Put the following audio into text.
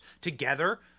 together